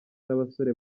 n’abasore